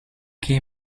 gay